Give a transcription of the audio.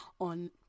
on